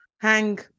hang